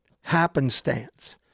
happenstance